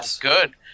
good